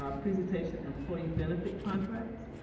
ah presentation employee benefit contracts.